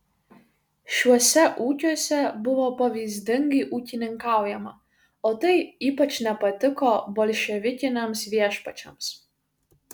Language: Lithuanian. šiuose ūkiuose buvo pavyzdingai ūkininkaujama o tai ypač nepatiko bolševikiniams viešpačiams